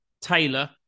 Taylor